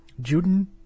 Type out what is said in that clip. Juden